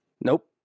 Nope